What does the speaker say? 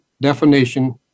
Definition